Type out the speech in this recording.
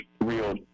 real